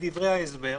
ובדברי ההסבר,